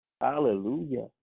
Hallelujah